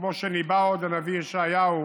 כמו שניבא הנביא ישעיהו